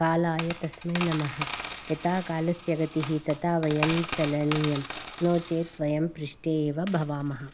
कालाय तस्मै नमः यथा कालस्य गतिः तथा वयं चलनीयं नो चेत् वयं पृष्ठे एव भवामः